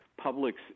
publics